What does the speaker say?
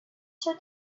show